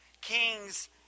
Kings